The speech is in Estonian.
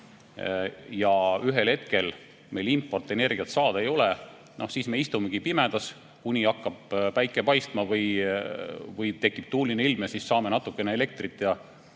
ja ühel hetkel meil importenergiat saada ei ole, siis me istumegi pimedas, kuni hakkab päike paistma või tekib tuuline ilm. Siis saame natukene elektrit ja